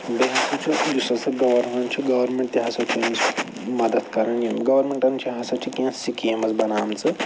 بیٛاکھ تہِ چھُ یُس ہَسا گورمٮ۪نٛٹ چھُ گورمٮ۪نٛٹ تہِ ہَسا چھُ أمِس مَدد کَران یِم گورمٮ۪نٛٹَن چھِ ہَسا چھِ کینٛہہ سکیٖمز بَنامژٕ